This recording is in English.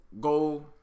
go